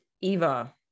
Eva